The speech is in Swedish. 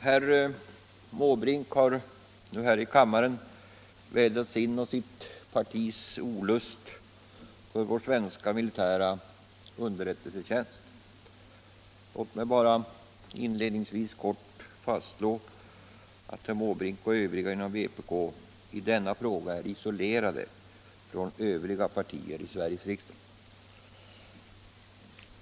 Herr talman! Herr Måbrink har här i kammaren vädrat sin och sitt partis olust över vår svenska militära underrättelsetjänst. Låt mig bara inledningsvis kort fastslå att herr Måbrink och vpk i denna fråga är isolerade från övriga partier i Sveriges riksdag.